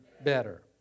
better